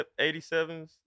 87s